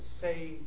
say